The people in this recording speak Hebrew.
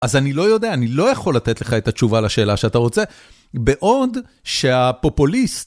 אז אני לא יודע, אני לא יכול לתת לך את התשובה לשאלה שאתה רוצה בעוד שהפופוליסט...